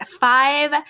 five